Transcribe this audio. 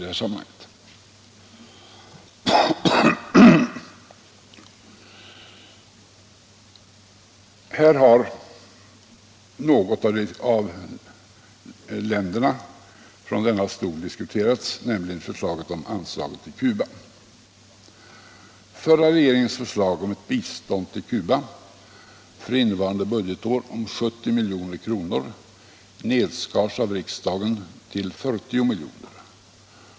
Ett av de länder som har diskuterats är Cuba. Förra regeringens förslag om bistånd till Cuba för innevarande budgetår om 70 milj.kr. nedskars av riksdagen till 40 miljoner.